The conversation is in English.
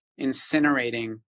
incinerating